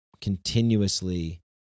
continuously